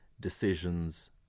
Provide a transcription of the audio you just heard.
decisions